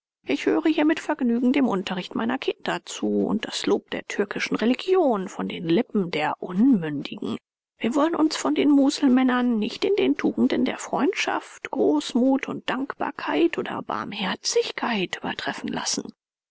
ich höre hier mit vergnügen dem unterricht meiner kinder zu und das lob der türkischen religion von den lippen der unmündigen wir wollen uns von den muselmännern nicht in den tugenden der freundschaft großmut und dankbarkeit oder barmherzigkeit übertreffen lassen